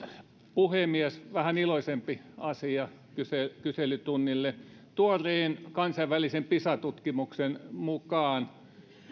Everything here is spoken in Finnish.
puhemies vähän iloisempi asia kyselytunnille tuoreen kansainvälisen pisa tutkimuksen mukaan